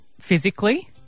physically